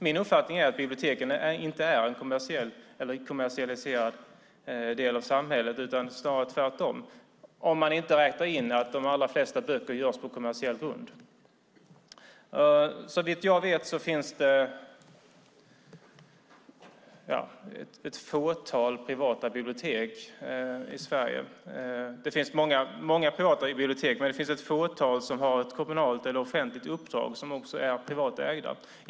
Min uppfattning är att biblioteken inte är en kommersialiserad del av samhället utan snarare tvärtom, om man inte räknar in att de allra flesta böcker görs på kommersiell grund. Såvitt jag vet finns det ett fåtal privata bibliotek i Sverige. Det finns många privata bibliotek, men det finns ett fåtal som har ett kommunalt eller offentligt uppdrag som också är privatägda.